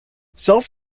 self